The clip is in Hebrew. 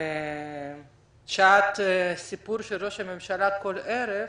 שעת הסיפור של ראש-הממשלה כל ערב,